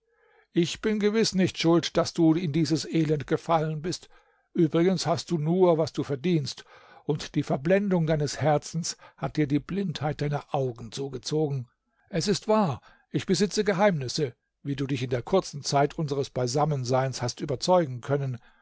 ich bin gewiß nicht schuld daß du in dieses elend gefallen bist übrigens hast du nur was du verdienst und die verblendung deines herzens hat dir die blindheit deiner augen zugezogen es ist wahr ich besitze geheimnisse wie du dich in der kurzen zeit unseres beisammenseins hast überzeugen können